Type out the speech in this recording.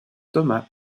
thomas